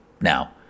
Now